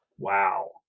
Wow